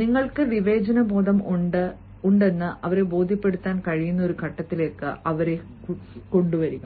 നിങ്ങൾക്ക് വിവേചന ബോധം ഉണ്ടെന്ന് അവരെ ബോധ്യപ്പെടുത്താൻ കഴിയുന്ന ഒരു ഘട്ടത്തിലേക്ക് അവരെ കൊണ്ടുവരിക